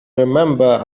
remember